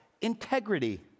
integrity